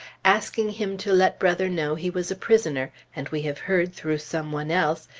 asking him to let brother know he was a prisoner, and we have heard, through some one else,